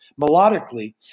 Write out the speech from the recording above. melodically